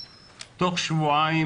תוך שבועיים,